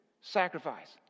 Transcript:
Sacrifice